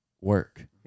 work